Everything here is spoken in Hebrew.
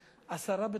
סודנים.